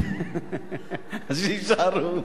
שיישארו,